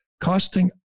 costing